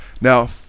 Now